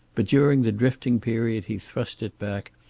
but during the drifting period he thrust it back,